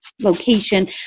location